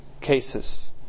cases